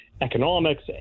economics